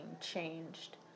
changed